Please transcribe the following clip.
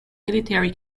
military